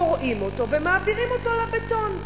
גורעים אותו ומעבירים לבטון,